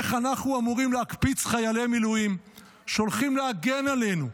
איך אנחנו אמורים להקפיץ חיילי מילואים שהולכים להגן עלינו,